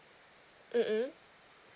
mm mm